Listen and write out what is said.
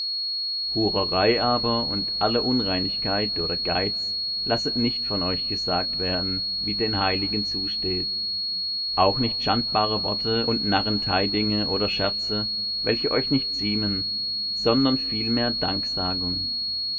hurerei aber und alle unreinigkeit oder geiz lasset nicht von euch gesagt werden wie den heiligen zusteht auch nicht schandbare worte und narrenteidinge oder scherze welche euch nicht ziemen sondern vielmehr danksagung